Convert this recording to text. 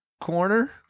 corner